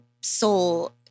soul